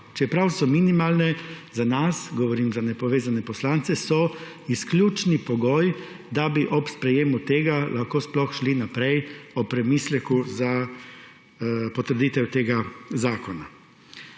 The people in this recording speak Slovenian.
čeprav so minimalne, so za nas, govorim za nepovezane poslance, izključni pogoj, da bi ob sprejetju tega sploh lahko šli naprej k premisleku za potrditev tega zakona.